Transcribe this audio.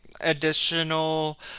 additional